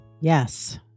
Yes